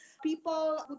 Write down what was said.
People